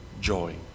joy